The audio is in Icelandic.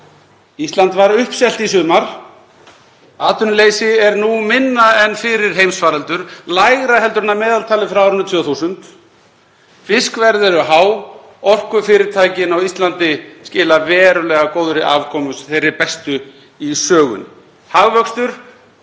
Ísland var uppselt í sumar. Atvinnuleysi er nú minna en fyrir heimsfaraldur, lægra en að meðaltali frá árinu 2000. Fiskverð er hátt. Orkufyrirtækin á Íslandi skila verulega góðri afkomu, þeirri bestu í sögunni. Hagvöxtur